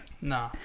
No